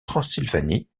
transylvanie